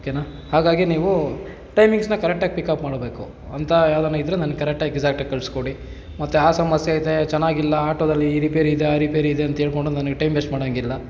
ಓಕೆನಾ ಹಾಗಾಗಿ ನೀವು ಟೈಮಿಂಗ್ಸನ್ನ ಕರೆಕ್ಟಾಗಿ ಪಿಕಪ್ ಮಾಡಬೇಕು ಅಂತ ಯಾವ್ದಾನ ಇದ್ದರೆ ನನ್ಗೆ ಕರೆಕ್ಟಾಗಿ ಎಕ್ಸಾಕ್ಟಾಗಿ ಕಳಿಸ್ಕೊಡಿ ಮತ್ತು ಆ ಸಮಸ್ಯೆ ಐತೆ ಚೆನ್ನಾಗಿಲ್ಲ ಆಟೋದಲ್ಲಿ ಈ ರಿಪೇರಿ ಇದೆ ಆ ರಿಪೇರಿ ಇದೆ ಅಂತೇಳ್ಕೊಂಡು ನನಗೆ ಟೈಮ್ ವೇಸ್ಟ್ ಮಾಡಂಗಿಲ್ಲ